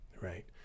right